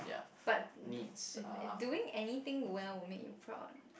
but but doing anything well will make you proud